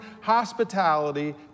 hospitality